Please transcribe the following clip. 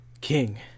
king